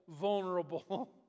vulnerable